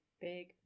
Big